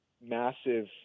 massive